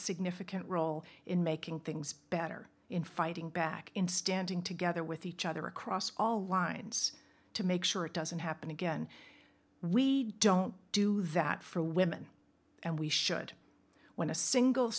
significant role in making things better in fighting back in standing together with each other across all lines to make sure it doesn't happen again we don't do that for women and we should when a single